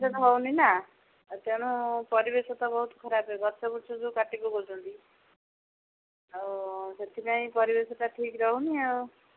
ହେଉନି ନା ତେଣୁ ପରିବେଶ ତ ବହୁତ ଖରାପ୍ ଗଛ ଗୁଛ ଯୋଉ କାଟିକୁ ହେଉଛନ୍ତି ଆଉ ସେଥିପାଇଁ ପରିବେଶଟା ଠିକ୍ ରହୁନି ଆଉ